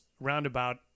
roundabout